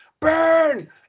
burn